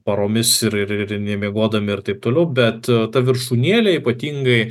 paromis ir ir nemiegodami ir taip toliau bet ta viršūnėlė ypatingai